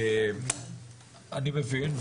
אני מבין,